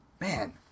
man